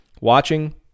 watching